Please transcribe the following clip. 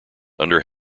under